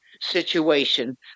situation